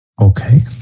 Okay